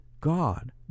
God